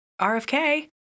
rfk